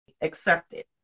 Accepted